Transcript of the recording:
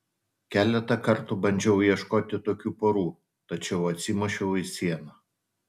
keletą kartų bandžiau ieškoti tokių porų tačiau atsimušiau į sieną